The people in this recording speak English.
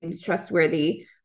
trustworthy